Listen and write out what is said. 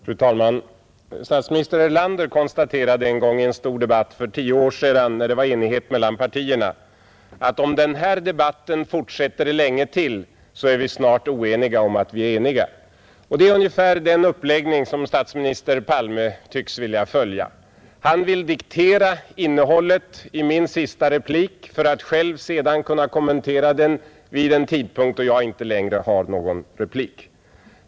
Fru talman! Statsminister Erlander konstaterade en gång i en stor debatt för tio år sedan när det rådde enighet mellan partierna, att om den här debatten fortsätter länge till är vi snart oeniga om att vi är eniga. Det är ungefär den uppläggning som statsminister Palme nu tycks vilja följa. Han vill diktera innehållet i min sista replik för att själv sedan kunna kommentera den vid en tidpunkt då jag inte längre har någon replik.